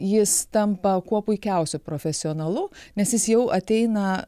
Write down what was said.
jis tampa kuo puikiausiu profesionalu nes jis jau ateina